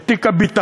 את תיק הביטחון.